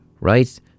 right